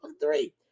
three